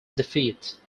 defeat